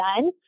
done